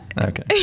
Okay